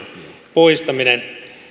poistaminen